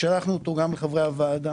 זה מכתב שאומר למערכת הבנקאית